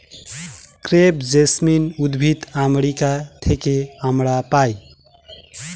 crepe jasmine উদ্ভিদ America থেকে আমরা পাই